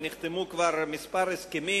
ונחתמו כבר כמה הסכמים,